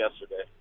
yesterday